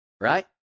right